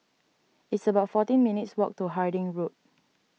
it's about fourteen minutes' walk to Harding Road